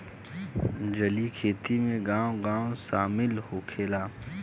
जलीय खेती में गाँव गाँव शामिल होखेला